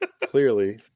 Clearly